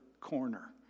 corner